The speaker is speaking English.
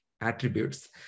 attributes